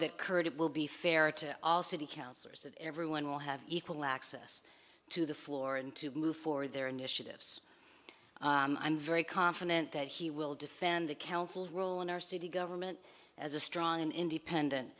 that kurt it will be fair to all city councillors and everyone will have equal access to the floor and to move forward their initiatives i'm very confident that he will defend the council's role in our city government as a strong and independent